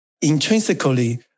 intrinsically